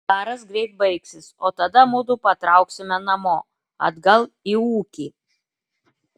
karas greit baigsis o tada mudu patrauksime namo atgal į ūkį